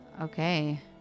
Okay